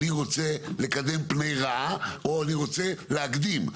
אני רוצה לקדם פני רעה או אני רוצה להקדים,